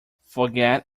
forget